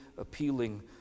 appealing